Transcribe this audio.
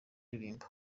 indirimbo